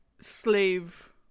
slave